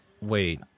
Wait